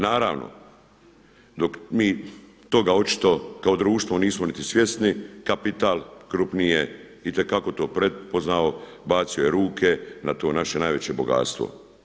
Naravno dok mi toga očito kao društvo nismo niti svjesni, kapital krupni je itekako to prepoznao, bacio je ruke na to naše najveće bogatstvo.